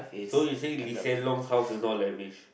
so you saying Lee-Hsien-Loong house is not leverage